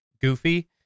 goofy